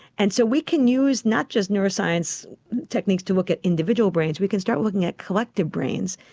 and so we can use not just neuroscience techniques to look at individual brains, we can start looking at collective brains.